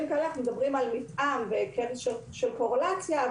כאלה אנחנו מדברים בהיקף של קורלציה,